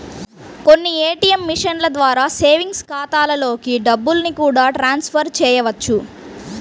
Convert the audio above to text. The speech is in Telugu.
కొన్ని ఏ.టీ.యం మిషన్ల ద్వారా సేవింగ్స్ ఖాతాలలోకి డబ్బుల్ని కూడా ట్రాన్స్ ఫర్ చేయవచ్చు